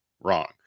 wrong